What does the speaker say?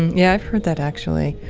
yeah, i've heard that actually.